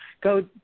go